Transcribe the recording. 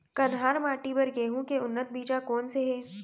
कन्हार माटी बर गेहूँ के उन्नत बीजा कोन से हे?